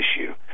issue